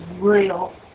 real